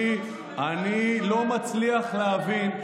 אני לא מצליח להבין,